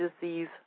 disease